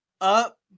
up